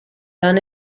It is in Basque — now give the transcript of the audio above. lan